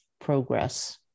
progress